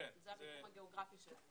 זה המיקום הגיאוגרפי שלהם.